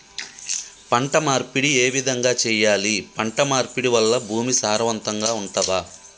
పంట మార్పిడి ఏ విధంగా చెయ్యాలి? పంట మార్పిడి వల్ల భూమి సారవంతంగా ఉంటదా?